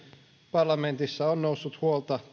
parlamentissa on noussut huolta